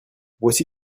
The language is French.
voici